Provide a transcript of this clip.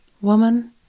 Woman